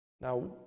Now